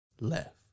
left